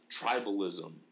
tribalism